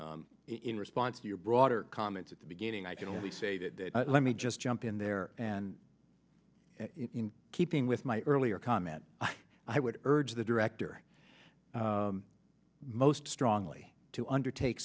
it in response to your broader comments at the beginning i can only say that let me just jump in there and keeping with my earlier comment i would urge the director most strongly to undertake